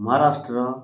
Maharashtra